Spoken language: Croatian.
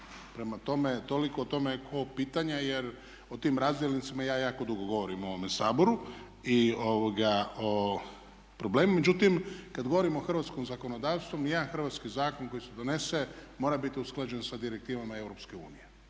Prema tome, toliko o tome i oko ovog pitanja jer o tim razdjelnicima ja jako dugo govorim u ovome Saboru i o problemu. Međutim, kad govorimo o hrvatskom zakonodavstvu sve i jedan hrvatski zakon koji se donese mora biti usklađen sa direktivama EU.